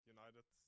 United